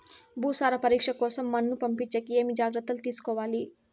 భూసార పరీక్ష కోసం మన్ను పంపించేకి ఏమి జాగ్రత్తలు తీసుకోవాలి?